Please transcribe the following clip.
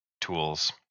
Tools